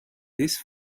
this